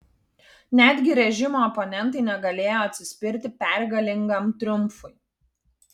netgi režimo oponentai negalėjo atsispirti pergalingam triumfui